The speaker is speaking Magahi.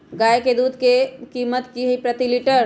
गाय के दूध के कीमत की हई प्रति लिटर?